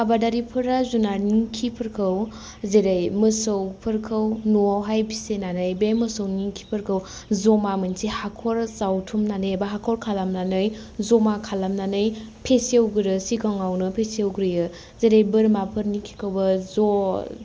आबादारिफोरा जुनारनि खिफोरखौ जेरै मोसौफोरखौ न'वावहाय फिसिनानै बे मोसौनि खिफोरखौ जमा मोनसे हाखर जावथुमनानै एबा हाखर खालामनानै जमा खालामनानै फेसेवग्रोयो सिगाङावनो फेसेवग्रोयो जेरै बोरमाफोरनि खिखौबो ज'